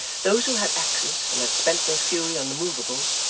those who had axes and had spent their fury on the movables,